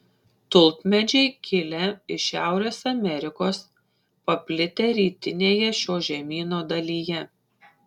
tulpmedžiai kilę iš šiaurės amerikos paplitę rytinėje šio žemyno dalyje